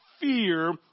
fear